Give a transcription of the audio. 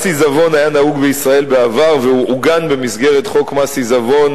מס עיזבון היה נהוג בישראל בעבר והוא עוגן במסגרת חוק מס עיזבון,